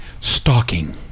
Stalking